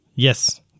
Yes